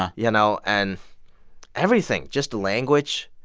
ah you know? and everything just the language.